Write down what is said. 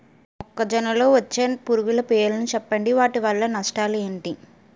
మొక్కజొన్న లో వచ్చే పురుగుల పేర్లను చెప్పండి? వాటి వల్ల నష్టాలు ఎంటి?